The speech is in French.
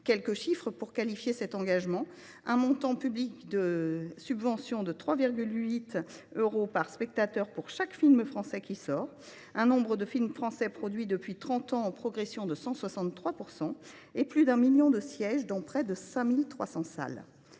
Quelques chiffres pour qualifier cet engagement : un montant d’intervention publique de 3,80 euros par spectateur pour chaque film français qui sort, un nombre de films français produits depuis 1994 en progression de 163 %, et plus de 1 million de sièges dans près de 5 300 salles.